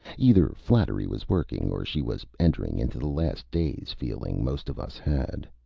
either flattery was working, or she was entering into the last-days feeling most of us had.